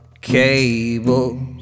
cables